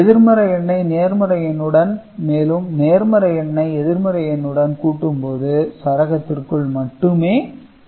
எதிர்மறை எண்ணை நேர்மறை எண்ணுடன் மேலும் நேர்மறை எண்ணை எதிர்மறை எண்ணுடன் கூட்டும்போது சரகத்திற்குள் மட்டுமே இருக்கும்